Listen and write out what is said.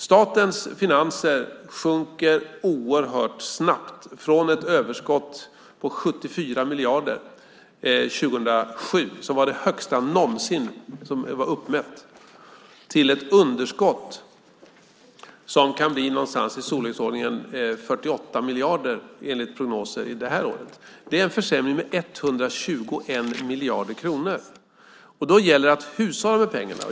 Statens finanser sjunker oerhört snabbt, från ett överskott på 74 miljarder 2007, som var det högsta som någonsin uppmätts, till ett underskott som kan bli någonstans i storleksordningen 48 miljarder enligt prognoser för innevarande år. Det är en försämring med drygt 120 miljarder kronor, och då gäller det att hushålla med pengarna.